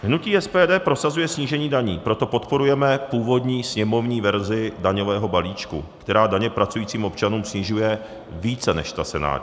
Hnutí SPD prosazuje snížení daní, proto podporujeme původní sněmovní verzi daňového balíčku, která daně pracujícím občanům snižuje více než ta senátní.